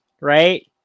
right